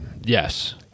Yes